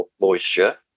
moisture